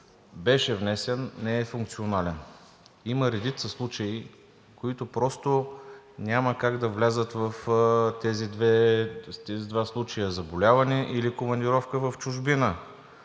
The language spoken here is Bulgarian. беше внесен, не е функционален. Има редица случаи, които няма как да влязат в тези два случая – заболяване или командировка в чужбина.